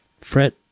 fret